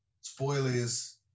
spoilers